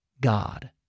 God